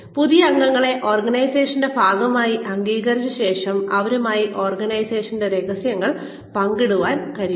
പുതിയ അംഗങ്ങളെ ഓർഗനൈസേഷൻന്റെ ഭാഗമായി അംഗീകരിച്ച ശേഷം അവരുമായി ഓർഗനൈസേഷൻന്റെ രഹസ്യങ്ങൾ പങ്കിടാൻ കഴിയും